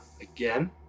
Again